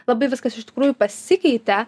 labai viskas iš tikrųjų pasikeitė